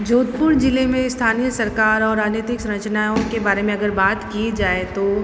जोधपुर जिले में स्थानीय सरकार और राजनीतिक संरचनाओं के बारे में अगर बात की जाए तो